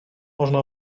można